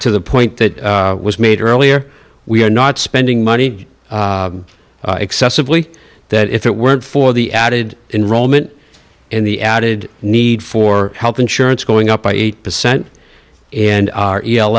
to the point that was made earlier we are not spending money excessively that if it weren't for the added enrollment in the added need for health insurance going up by eight percent and